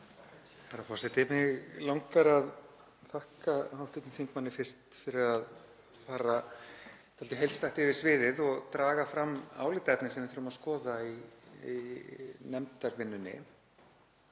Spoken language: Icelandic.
Herra forseti. Mig langar að þakka hv. þingmanni fyrst fyrir að fara dálítið heildstætt yfir sviðið og draga fram álitaefni sem við þurfum að skoða í nefndarvinnunni.